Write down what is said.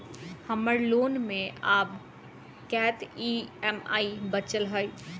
हम्मर लोन मे आब कैत ई.एम.आई बचल ह?